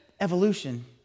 Evolution